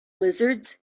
lizards